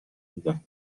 بودن